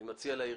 אני מציע לעירייה